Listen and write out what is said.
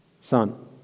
son